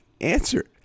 answer